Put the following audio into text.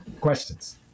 Questions